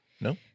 No